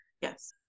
yes